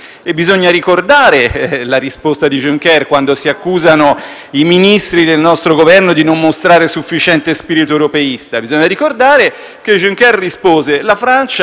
i Ministri del nostro Governo di non mostrare sufficiente spirito europeista. Bisogna ricordare che Juncker rispose che la Francia fa il 3,4 e lo può fare perché è la Francia.